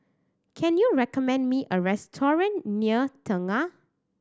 can you recommend me a restaurant near Tengah